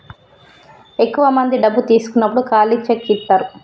ఎక్కువ మంది డబ్బు తీసుకున్నప్పుడు ఖాళీ చెక్ ఇత్తారు